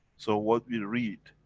so what we read,